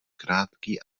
krátký